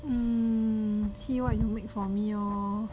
hmm mm see what you make for me lor